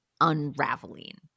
unraveling